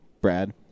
Brad